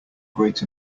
great